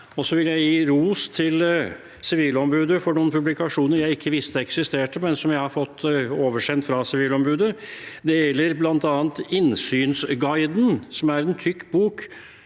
Jeg vil gi ros til Sivilombudet for noen publikasjoner jeg ikke visste eksisterte, men som jeg har fått oversendt fra Sivilombudet. Det gjelder bl.a. innsynsguiden, som er en tykk bok.